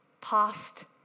past